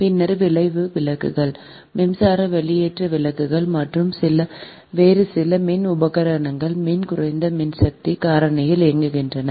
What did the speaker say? பின்னர் வளைவு விளக்குகள் மின்சார வெளியேற்ற விளக்குகள் மற்றும் வேறு சில மின் உபகரணங்கள் மிகக் குறைந்த மின்சக்தி காரணியில் இயங்குகின்றன